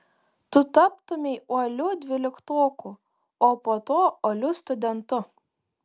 tu taptumei uoliu dvyliktoku o po to uoliu studentu